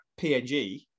PNG